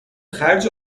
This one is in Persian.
خرج